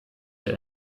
der